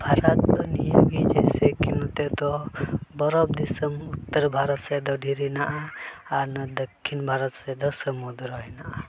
ᱯᱷᱟᱨᱟᱠ ᱫᱚ ᱱᱤᱭᱟᱹ ᱜᱮ ᱡᱮᱭᱥᱮ ᱠᱤ ᱱᱚᱛᱮ ᱫᱚ ᱵᱚᱨᱚᱯᱷ ᱫᱤᱥᱚᱢ ᱩᱛᱛᱚᱨ ᱵᱷᱟᱨᱚᱛ ᱥᱮᱫ ᱫᱚ ᱫᱷᱤᱨᱤ ᱦᱮᱱᱟᱜᱼᱟ ᱟᱨ ᱫᱚᱠᱠᱷᱤᱱ ᱵᱷᱟᱨᱚᱛ ᱥᱮᱫ ᱫᱚ ᱥᱚᱢᱩᱫᱨᱚ ᱦᱮᱱᱟᱜᱼᱟ